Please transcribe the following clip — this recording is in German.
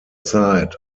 zeit